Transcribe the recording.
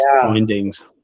findings